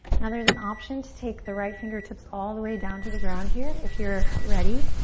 now there's an option to take the right fingertips all the way down to the ground here. if you're ready,